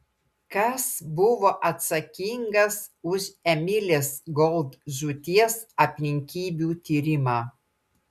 kas buvo atsakingas už emilės gold žūties aplinkybių tyrimą